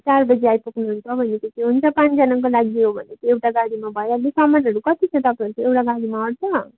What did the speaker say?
चार बजी आइपुग्नु हुन्छ भनेको थियो हुन्छ पाँचजनाको लागि हो भने चाहिँ एउटा गाडीमा भइहाल्यो सामानहरू कति छ तपाईँहरूको एउटा गाडीमा अँट्छ